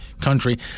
country